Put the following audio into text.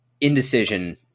indecision